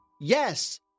Yes